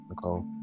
Nicole